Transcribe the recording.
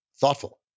thoughtful